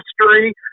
history